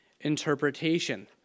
interpretation